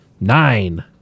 Nine